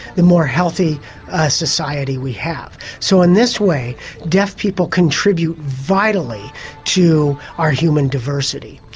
the more healthy a society we have. so in this way deaf people contribute vitally to our human diversity.